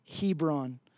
Hebron